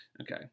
Okay